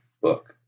book